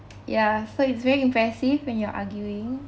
ya so it's very impressive when you're arguing